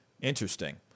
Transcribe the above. Interesting